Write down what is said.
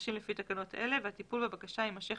הנדרשים לפי תקנות אלה והטיפול בבקשה יימשך